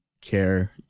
care